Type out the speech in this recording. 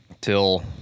till